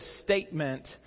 statement